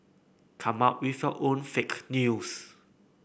come up with your own fake news